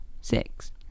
Six